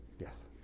Yes